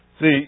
See